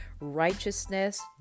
righteousness